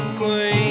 queen